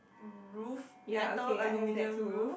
roof metal aluminium roof